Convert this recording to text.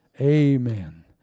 Amen